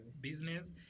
business